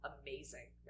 amazing